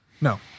No